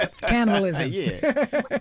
Cannibalism